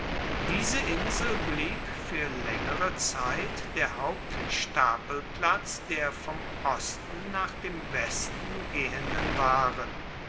diese insel blieb für längere zeit der hauptstapelplatz der vom osten nach dem westen gehenden waren